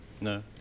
No